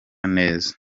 neza